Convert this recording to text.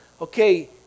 okay